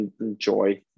Enjoy